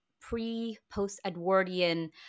pre-post-Edwardian